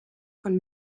von